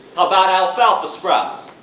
about alfalfa spouts?